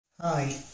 Hi